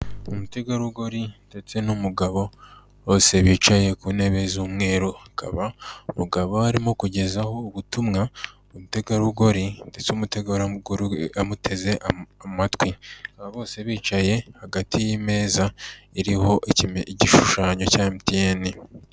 Umutegarugori ndetse n'umugabo bose bicaye ku ntebe z'umweru, akaba umugabo arimo kugezaho ubutumwa umutegarugori ndetse umutegorugori amuteze amatwi aba bose bicaye hagati y'imeza iriho igishushanyo cya MTN.